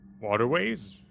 Waterways